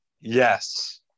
Yes